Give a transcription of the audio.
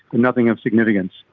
nothing of significance.